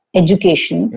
education